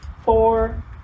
four